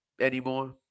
anymore